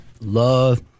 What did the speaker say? Love